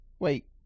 Wait